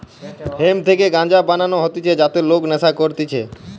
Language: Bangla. হেম্প থেকে গাঞ্জা বানানো হতিছে যাতে লোক নেশা করতিছে